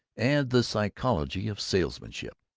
and the psychology of salesmanship.